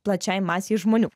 plačiai masei žmonių